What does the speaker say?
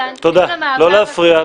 לא להפריע.